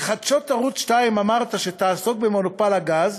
לחדשות ערוץ 2 אמרת שתעסוק במונופול הגז,